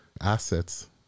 assets